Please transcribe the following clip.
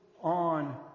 on